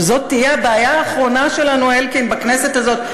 שזאת תהיה הבעיה האחרונה שלנו, אלקין, בכנסת הזאת.